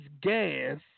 gas